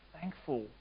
thankful